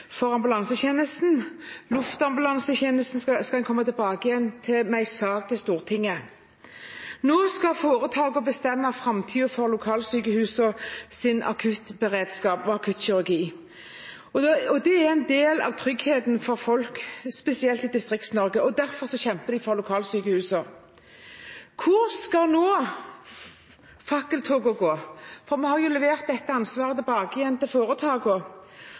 for ambulansetjenesten. Luftambulansetjenesten skal en komme tilbake til Stortinget med en sak om. Nå skal foretakene bestemme framtiden for lokalsykehusenes akuttberedskap og akuttkirurgi. Det er en del av tryggheten for folk, spesielt i Distrikts-Norge, og derfor kjemper de for lokalsykehusene. Hvor skal nå fakkeltogene gå? Man leverer jo dette ansvaret tilbake til foretakene. Hvis et foretak